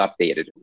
updated